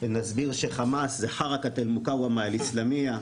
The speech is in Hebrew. נסביר שחמאס זה חרכת אלמקאומה אלאסלאמיה,